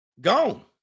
Gone